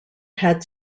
had